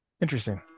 Interesting